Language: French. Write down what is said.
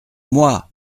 moi